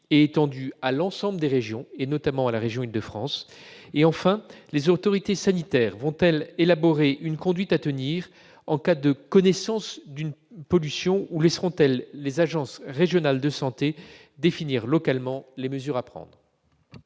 et étendue à l'ensemble des régions, notamment en Île-de-France ? Les autorités sanitaires vont-elles élaborer une conduite à tenir en cas de connaissance d'une pollution ou laisseront-elles les agences régionales de santé définir localement les mesures à prendre ?